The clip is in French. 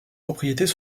propriétés